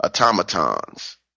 automatons